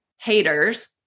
haters